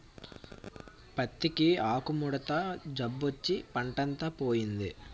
పత్తికి ఆకుముడత జబ్బొచ్చి పంటంతా పోయింది